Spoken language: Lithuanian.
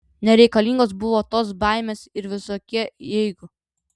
nereikalingos buvo tos baimės ir visokie jeigu